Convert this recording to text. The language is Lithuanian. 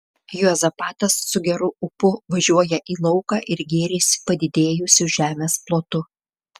juozapatas su geru ūpu važiuoja į lauką ir gėrisi padidėjusiu žemės plotu